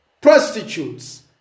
prostitutes